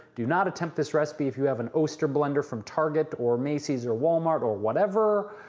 do not attempt this recipe if you have an oster blender from target or macy's or walmart or whatever.